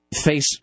face